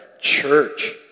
church